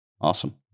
awesome